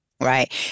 Right